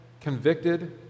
convicted